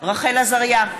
רחל עזריה,